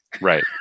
Right